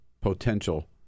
potential